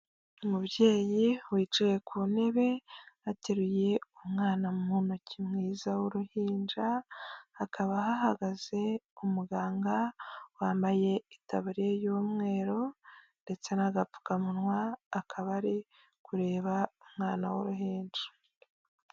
Umubyeyi wicaye ku ntebe ateruye umwana mu ntoki mwiza w'uruhinja hakaba hahagaze umuganga wambaye itabariya y'umweru ndetse na agapfukamunwa akaba ari kureba umwana w'uruhinja.